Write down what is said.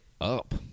up